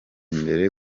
imbere